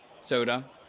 soda